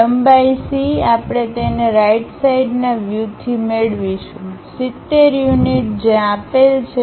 લંબાઈ C આપણે તેને રાઈટ સાઈડના વ્યુથી મેળવીશું 70 યુનિટ જે આપેલ છે